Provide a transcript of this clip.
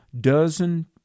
dozen